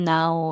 Now